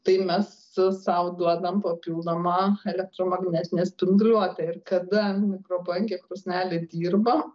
tai mes su sau duodam papildomą elektromagnetinę spinduliuotę ir kada mikrobangė krosnelė dirba